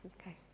Okay